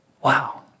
Wow